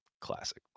classic